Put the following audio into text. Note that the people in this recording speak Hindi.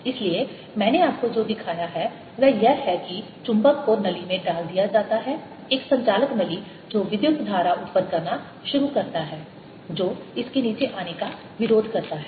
इसलिए मैंने आपको जो दिखाया है वह यह है कि चुंबक को नली में डाल दिया जाता है एक संचालक नली जो विद्युत धारा उत्पन्न करना शुरू करता है जो इसके नीचे आने का विरोध करता है